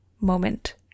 moment